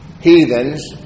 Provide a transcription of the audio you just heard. heathens